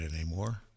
anymore